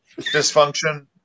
dysfunction